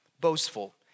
boastful